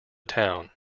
town